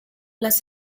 las